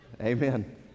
Amen